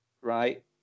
Right